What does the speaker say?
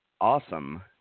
awesome